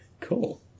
Cool